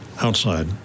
outside